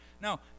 No